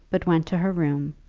but went to her room,